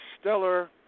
stellar